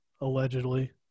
allegedly